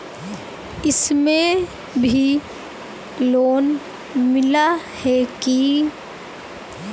इसमें भी लोन मिला है की